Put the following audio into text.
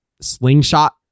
slingshot